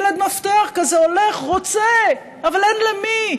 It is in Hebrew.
ילד מפתח כזה, הולך, רוצה, אבל אין למי.